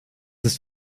ist